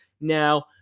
Now